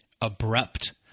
abrupt